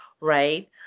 right